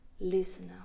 listener